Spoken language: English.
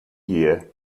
year